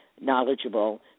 knowledgeable